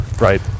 Right